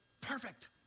perfect